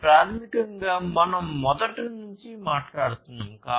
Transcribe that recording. ఇది ప్రాథమికంగా మనం మొదటి నుండి మాట్లాడుతున్నాము